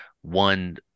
one